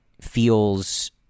feels